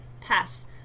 pass